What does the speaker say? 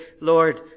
Lord